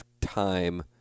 time